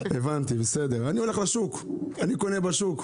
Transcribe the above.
אני קונה בשוק.